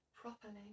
properly